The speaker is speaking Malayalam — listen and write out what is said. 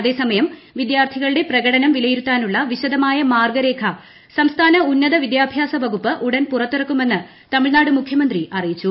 അതേസമയം വിദ്യാർത്ഥികളുടെ പ്രകടനം വിലയിരുത്താനുള്ള വിശദമായ മാർഗരേഖ സംസ്ഥാന ഉന്നത വിദ്യാഭ്യാസ വകുപ്പ് ഉടൻ പുറത്തിറക്കുമെന്ന് തമിഴ്നാട് മുഖ്യമന്ത്രി അറിയിച്ചു